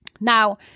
Now